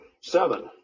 Seven